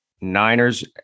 Niners